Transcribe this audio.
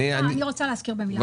אני --- אני רוצה להזכיר במילה אחת.